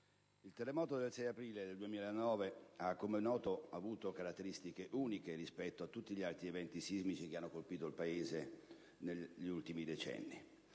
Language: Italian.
il terremoto del 6 aprile 2009, come è noto, ha avuto caratteristiche uniche rispetto a tutti gli altri eventi sismici che hanno colpito il Paese negli ultimi decenni.